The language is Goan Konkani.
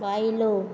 बायलो